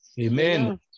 Amen